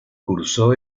cursó